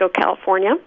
California